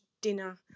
dinner